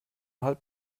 halt